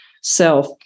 self